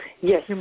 Yes